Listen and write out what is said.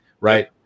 right